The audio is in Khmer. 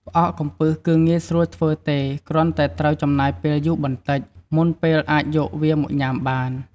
ផ្អកកំពឹសគឺងាយស្រួលធ្វើទេ គ្រាន់តែត្រូវចំណាយពេលយូរបន្តិច មុនពេលអាចយកវាមកញុំាបាន។